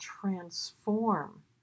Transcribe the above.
transform